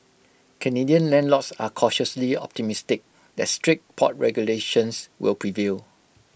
Canadian landlords are cautiously optimistic that strict pot regulations will prevail